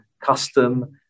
custom